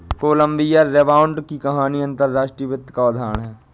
Colombia rebound की कहानी अंतर्राष्ट्रीय वित्त का उदाहरण है